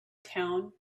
town